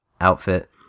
outfit